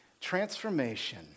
transformation